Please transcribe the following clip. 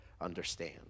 understand